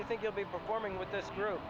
you think you'll be performing with this group